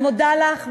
אני מודה לך,